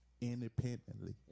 independently